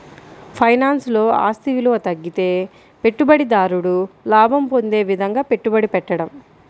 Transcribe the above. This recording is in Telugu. ఫైనాన్స్లో, ఆస్తి విలువ తగ్గితే పెట్టుబడిదారుడు లాభం పొందే విధంగా పెట్టుబడి పెట్టడం